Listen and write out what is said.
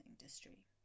industry